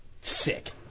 Sick